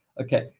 Okay